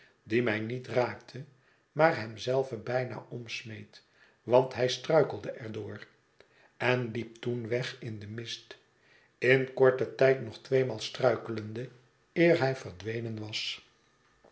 die mij niet raakte maar hem zelven bijna omsmeet want hij struikelde er door en liep toen weg in den mist in korten tijd nog tweemaal struikelende eer hij verdwenen was